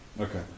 Okay